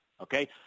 Okay